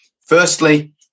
Firstly